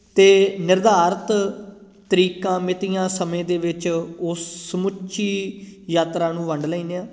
ਅਤੇ ਨਿਰਧਾਰਤ ਤਰੀਕਾਂ ਮਿਤੀਆਂ ਸਮੇਂ ਦੇ ਵਿੱਚ ਉਸ ਸਮੁੱਚੀ ਯਾਤਰਾ ਨੂੰ ਵੰਡ ਲੈਂਦੇ ਹਾਂ